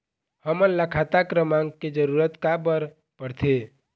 हमन ला खाता क्रमांक के जरूरत का बर पड़थे?